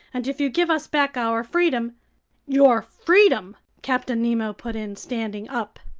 and if you give us back our freedom your freedom! captain nemo put in, standing up.